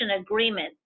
agreement